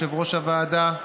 יושב-ראש הוועדה,